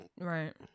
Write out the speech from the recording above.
right